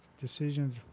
decisions